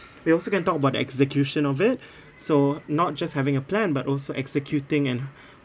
they also can talk about the execution of it so not just having a plan but also executing and